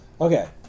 Okay